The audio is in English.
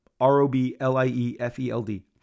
R-O-B-L-I-E-F-E-L-D